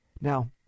Now